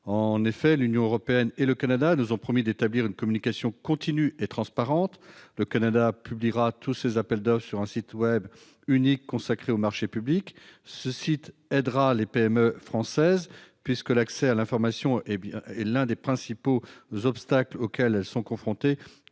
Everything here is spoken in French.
En effet, l'Union européenne et le Canada nous ont promis d'établir une communication continue et transparente. Le Canada publiera tous ses appels d'offres sur un site web consacré aux marchés publics. Ce site aidera les PME françaises, puisque l'accès à l'information est l'un des principaux obstacles auxquels elles sont confrontées